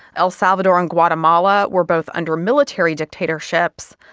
el salvador and guatemala were both under military dictatorships.